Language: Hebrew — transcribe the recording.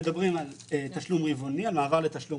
מהבחינה הזאת אנחנו מדברים על מעבר לתשלום